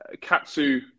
Katsu